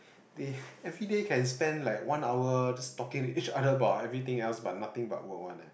they everyday can spend like one hour just talking to each other about everything else but nothing about work one